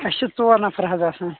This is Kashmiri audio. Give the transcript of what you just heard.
أسۍ چھِ ژور نفر حظ آسان